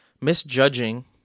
misjudging